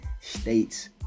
states